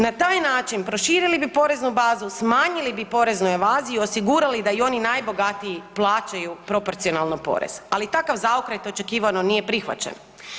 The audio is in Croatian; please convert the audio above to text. Na taj način proširili bi poreznu bazu, smanjili bi poreznu evaziju, osigurali da i oni najbogatiji plaćaju proporcionalno porez, ali takav zaokret očekivano nije prihvaćen.